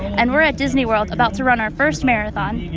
and we're at disney world, about to run our first marathon.